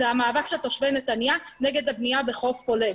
זה המאבק של תושבי נתניה נגד הבנייה בחוף פולג.